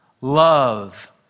love